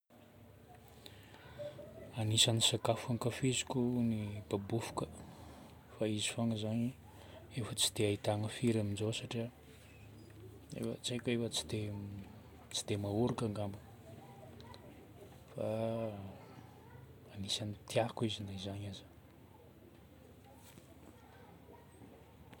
Agnisan'ny sakafo ankafiziko ny babofoka fa izy fôgna zagny efa tsy dia ahitagna firy amin'izao satria efa tsy haiko hoe efa tsy dia mahoraka ngamba. Fa agnisan'ny tiako izy na izany aza.